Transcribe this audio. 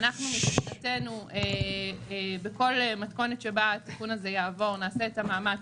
מבחינתנו בכל מתכונת שבה התיקון הזה יעבור נעשה את המאמץ